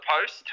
post